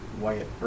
Wyatt